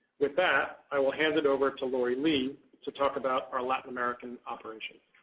with that, i will hand it over to lori lee to talk about our latin american operations.